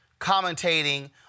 commentating